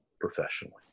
professionally